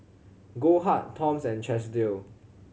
Goldheart Toms and Chesdale